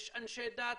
יש אנשי דת,